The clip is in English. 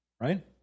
right